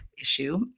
issue